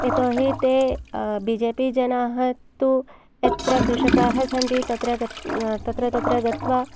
यतोऽहि ते बीजेपि जनाः तु तत्र कृषकाः सन्ति तत्र गत् तत्र तत्र गत्त्वा